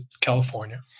California